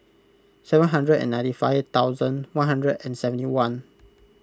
seven hundred and ninety five thousand one hundred and seventy one